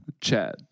Chad